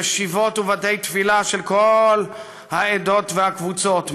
ישיבות ובתי-תפילה של כל העדות והקבוצות,